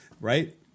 right